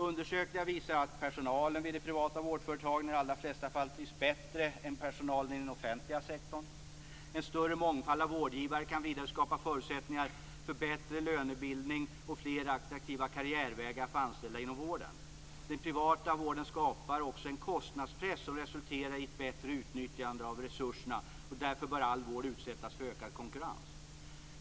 Undersökningar visar att personalen vid de privata vårdföretagen i de allra flesta fall trivs bättre än personalen i den offentliga sektorn. En större mångfald av vårdgivare kan vidare skapa förutsättningar för bättre lönebildning och fler attraktiva karriärvägar för anställda inom vården. Den privata vården skapar också en kostnadspress som resulterar i ett bättre utnyttjande av resurserna, och därför bör all vård utsättas för ökad konkurrens.